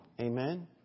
Amen